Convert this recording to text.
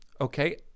okay